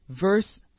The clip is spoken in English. verse